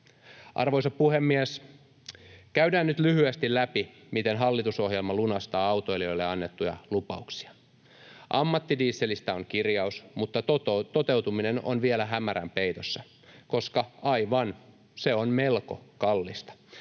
Arvoisa puhemies! Käydään nyt lyhyesti läpi, miten hallitusohjelma lunastaa autoilijoille annettuja lupauksia. Ammattidieselistä on kirjaus, mutta toteutuminen on vielä hämärän peitossa, koska aivan, se on melko kallista.